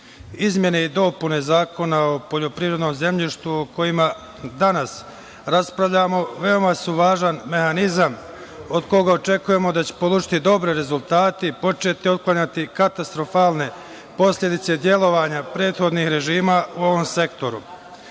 izmene i dopune Zakona o poljoprivrednom zemljištu o kojima danas raspravljamo veoma su važan mehanizam od koga očekujemo da će položiti dobre rezultate i početi otklanjati katastrofalne posledice delovanja prethodnih režima u ovom sektoru. Naročito